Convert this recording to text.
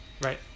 Right